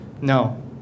no